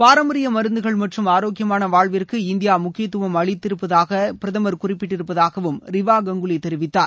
பாரம்பரிய மருந்துகள் மற்றும் ஆரோக்கியமான வாழ்விற்கு இந்தியா முக்கியத்துவம் அளித்திருப்பதாக பிரதமர் குறிப்பிட்டிருப்பதாக ரிவா கங்குலி தெரிவித்தார்